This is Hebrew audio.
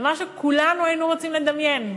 למה שכולנו היינו רוצים לדמיין,